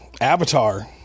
Avatar